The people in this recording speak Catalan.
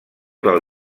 del